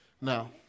Now